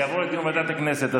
זה יעבור לדיון בוועדת הכנסת.